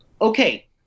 Okay